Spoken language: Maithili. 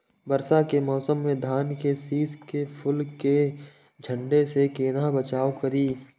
वर्षा के मौसम में धान के शिश के फुल के झड़े से केना बचाव करी?